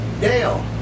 Dale